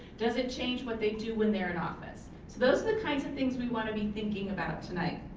does it change what they do when they're in office? so those are the kinds of things we wanna be thinking about tonight.